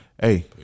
Hey